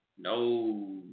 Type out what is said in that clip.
No